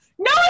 No